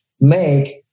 make